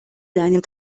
deinen